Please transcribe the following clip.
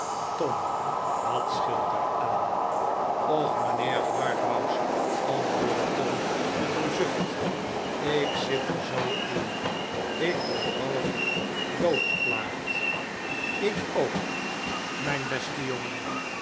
tom wat scheelt er aan och mynheer harthouse antwoordde tom met een zucht ik zit er zoo in ik word half doodgeplaagd ik ook mijn beste jongen